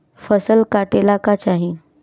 फसल काटेला का चाही?